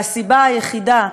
והסיבה היחידה,